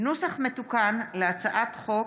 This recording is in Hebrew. הצעת חוק-יסוד: